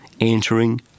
entering